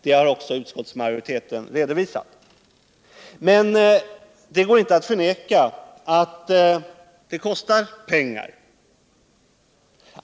Det har också utskottsmajoriteten redovisat. Men det går inte att förneka att det kostar pengar.